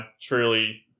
truly